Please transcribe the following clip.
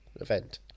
event